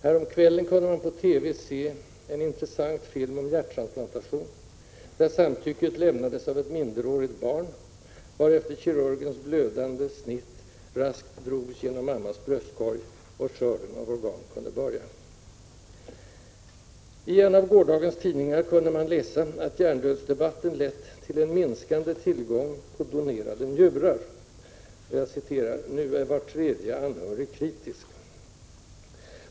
Häromkvällen kunde man på TV se en intressant film om en hjärttransplantation, där samtycket lämnades av ett minderårigt barn, varefter kirurgens blödande snitt raskt drogs genom mammans bröstkorg och ”skörden” av organ kunde börja. I en av gårdagens tidningar kunde man läsa att hjärndödsdebatten lett till en minskad tillgång på ”donerade” njurar: ”Nu är var tredje anhörig kritisk”.